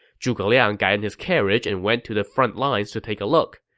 zhuge liang got in his carriage and went to the frontlines to take a look.